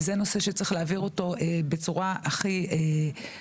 זה נושא שצריך להעביר אותו בצורה הכי עמוקה,